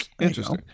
interesting